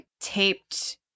taped